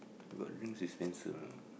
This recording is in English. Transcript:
but drinks is expensive you know